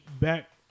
back